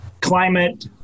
climate